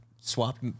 swapped